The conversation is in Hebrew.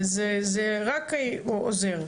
זה רק עוזר.